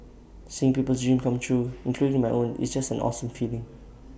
seeing people's dreams come true including my own it's just an awesome feeling